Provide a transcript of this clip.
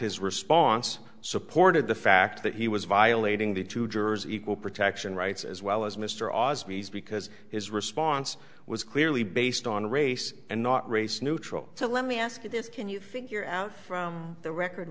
his response supported the fact that he was violating the two jurors equal protection rights as well as mr osborne's because his response was clearly based on race and not race neutral so let me ask you this can you figure out from the record